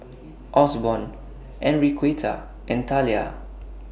Osborne Enriqueta and Talia